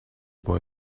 boy